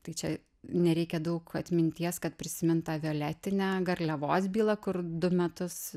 tai čia nereikia daug atminties kad prisimint tą violetinę garliavos bylą kur du metus